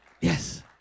yes